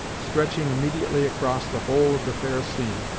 stretching immediately across the whole of the fair scene,